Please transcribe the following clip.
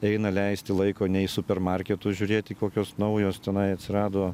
eina leisti laiko ne į supermarketus žiūrėti kokios naujos tenai atsirado